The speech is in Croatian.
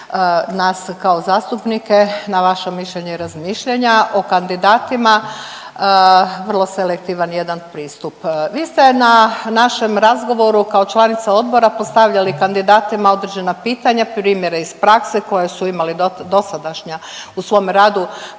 nas kao zastupnike na vaša mišljenja i razmišljanja o kandidatima vrlo selektivan jedan pristup. Vi ste na našem razgovoru kao članica Odbora postavljali kandidatima određena pitanja, primjere iz prakse koja su imali dosadašnja u svom radu